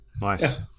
Nice